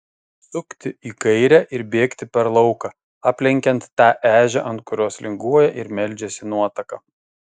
sukti į kairę ir bėgti per lauką aplenkiant tą ežią ant kurios linguoja ir meldžiasi nuotaka